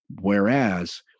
Whereas